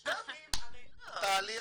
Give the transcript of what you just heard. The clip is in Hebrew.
גם התהליך